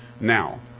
Now